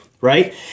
right